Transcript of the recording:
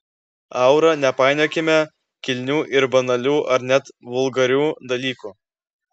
aura nepainiokime kilnių ir banalių ar net vulgarių dalykų